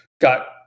got